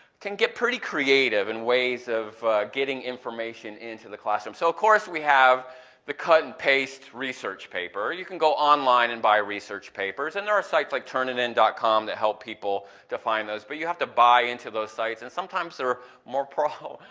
can get pretty creative in the ways of getting information in to the classroom. so of course we have the cut and paste research paper, you can go online and buy research papers, and there are sites like turnitin dot com that help people to find those but you have to buy into those sites, and sometimes there are more prob.